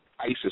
Isis